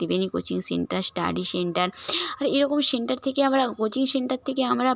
Triveni coaching centre study centre আর এ রকম সেন্টার থেকে আমরা কোচিং সেন্টার থেকে আমরা